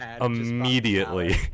immediately